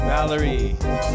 Valerie